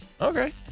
okay